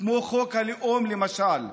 כמו חוק הלאום למשל.